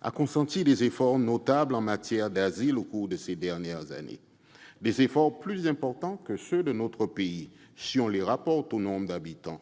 a consenti des efforts notables en matière d'asile au cours de ces dernières années, plus importants que ceux de notre pays, si on les rapporte au nombre d'habitants.